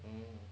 um